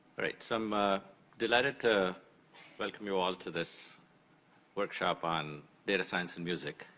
right, so i'm delighted to welcome you all to this workshop on data science and music.